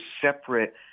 separate